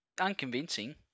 Unconvincing